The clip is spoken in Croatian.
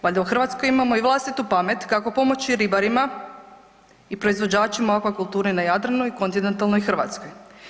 Valjda u Hrvatskoj imamo i vlastitu pamet kako pomoći ribarima i proizvođačima aquakulture na Jadranu i kontinentalnoj Hrvatskoj.